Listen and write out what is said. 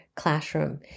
Classroom